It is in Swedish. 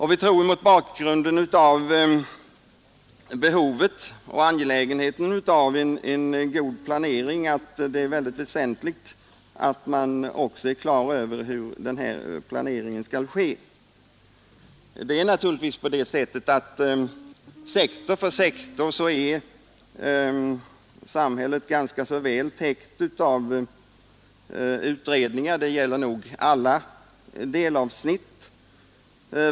Vi tror mot bakgrunden av behovet och angelägenheten av en god planering att det är väsentligt att man också är på det klara med hur den här planeringen skall ske. Sektor för sektor är samhället ganska väl täckt av utredningar. Det gäller nog alla delavsnitt.